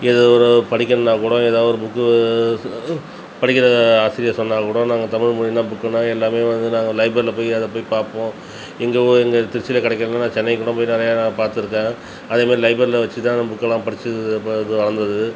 ஏதோ ஒரு படிக்கறதுனா கூட ஏதாவது ஒரு புக்கு சு படிக்கின்ற ஆசிரியர் சொன்னால் கூட நாங்கள் தமிழ் மொழினா புக்குனா எல்லாமே வந்து நாங்கள் லைப்ரரியில் போய் அதை போய் பார்ப்போம் எங்கள் ஊ எங்கள் திருச்சியில் கிடைக்கலனா நான் சென்னை போய் கூட நிறையா நான் பார்த்துருக்கேன் அதை மாதிரி லைப்ரரியில் வச்சு தான் புக்கெல்லாம் படித்து வளர்ந்தது